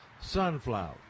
sunflower